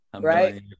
right